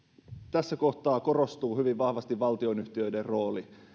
tässä kohtaa korostuu hyvin vahvasti valtionyhtiöiden rooli